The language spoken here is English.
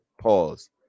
Pause